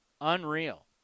unreal